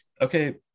okay